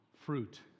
fruit